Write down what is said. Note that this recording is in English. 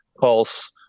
pulse